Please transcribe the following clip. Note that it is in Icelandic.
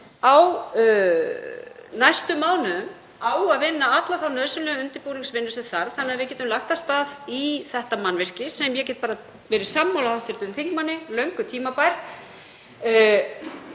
á næstu mánuðum á að vinna alla þá nauðsynlegu undirbúningsvinnu sem þarf þannig að við getum lagt af stað í þetta mannvirki, sem ég get bara verið sammála hv. þingmanni um að er löngu tímabært.